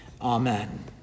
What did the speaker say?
Amen